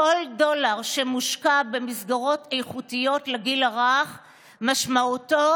כל דולר שמושקע במסגרות איכותיות לגיל הרך משמעותו